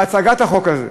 בהצגת החוק הזה.